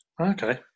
Okay